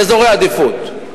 באזורי עדיפות.